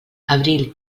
abril